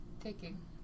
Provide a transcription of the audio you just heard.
taking